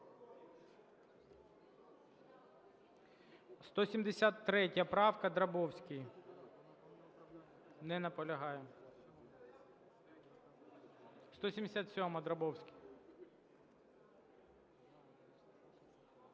173 правка, Драбовський. Не наполягає. 177-а, Драбовський.